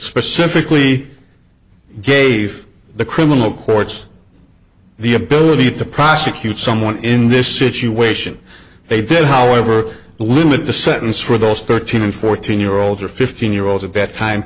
specifically gave the criminal courts the ability to prosecute someone in this situation they did however limit the sentence for those thirteen and fourteen year olds or fifteen year olds at